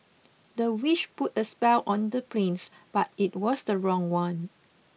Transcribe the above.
the witch put a spell on the prince but it was the wrong one